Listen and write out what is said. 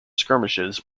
skirmishes